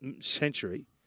century